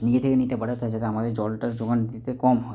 নিজে থেকে নিতে পারে অর্থাৎ যাতে আমাদের জলটার জোগান দিতে কম হয়